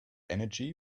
energy